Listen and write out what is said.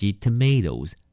tomatoes